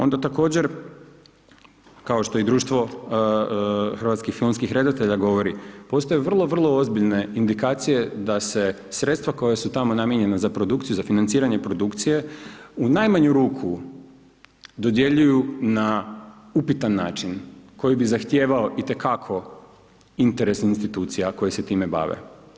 Onda, također, kao što je i Društvo hrvatskih filmskih redatelja govori, postoje vrlo vrlo ozbiljne indikacije da se sredstva koja su tamo namijenjena za produkciju, za financiranje produkcije, u najmanju ruku, dodjeljuju na upitan način, koji bi zahtijevao itekako interes institucija koje se time bave.